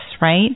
right